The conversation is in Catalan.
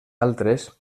altres